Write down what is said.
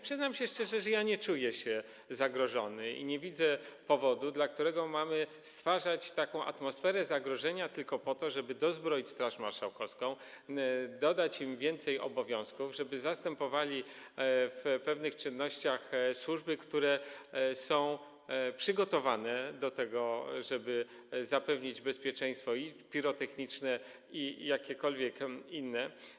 Przyznam się szczerze, że ja nie czuję się zagrożony i nie widzę powodu, dla którego mamy stwarzać taką atmosferę zagrożenia tylko po to, żeby dozbroić Straż Marszałkowską, dodać im więcej obowiązków, żeby zastępowali w pewnych czynnościach służby, które są przygotowane do tego, żeby zapewnić bezpieczeństwo pirotechniczne i jakiekolwiek inne.